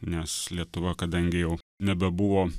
nes lietuva kadangi jau nebebuvo